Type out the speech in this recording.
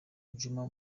djuma